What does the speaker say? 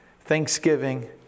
thanksgiving